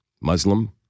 Muslim